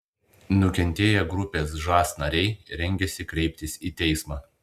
nukentėję grupės žas nariai rengiasi kreiptis į teismą